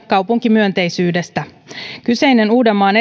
kaupunkimyönteisyydestä kyseinen uudenmaan